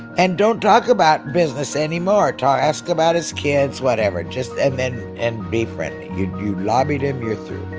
and don't talk about business anymore. talk ask about his kids, whatever. just and then and be friendly. you you lobbied him you're through.